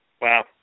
Wow